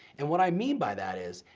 and what i mean by that is,